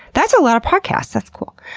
that's a lot of podcasts. that's cool.